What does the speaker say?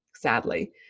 sadly